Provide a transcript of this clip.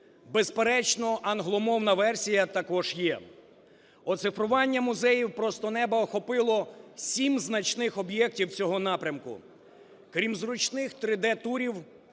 Безперечно, англомовна версія також є. Оцифруваннямузеїв просто неба охопило 7 значних об'єктів цього напрямку. Крім зручних 3D-турівта